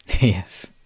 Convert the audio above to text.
yes